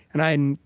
and i hadn't,